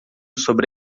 sobre